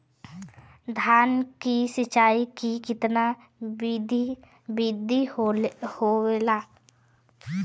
धान की सिंचाई की कितना बिदी होखेला?